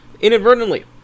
Inadvertently